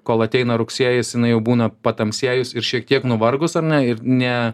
kol ateina rugsėjis jinai jau būna patamsėjus ir šiek tiek nuvargus ar ne ir ne